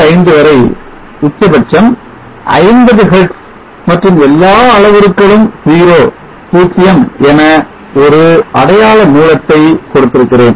85 வரை உச்சபட்சம் 50 Hertz மற்றும் எல்லாம் அளவுருக்களும் 0 என ஒரு அடையாள மூலத்தை கொடுத்திருக்கிறேன்